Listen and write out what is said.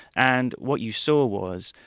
and what you saw was,